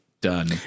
Done